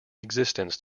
existence